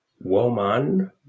woman